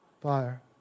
fire